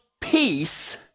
peace